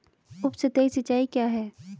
उपसतही सिंचाई क्या है?